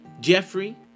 Jeffrey